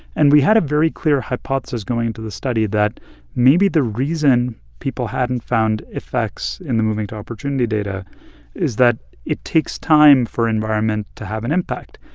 and we had a very clear hypothesis going into the study that maybe the reason people hadn't found effects in the moving to opportunity data is that it takes time for environment to have an impact.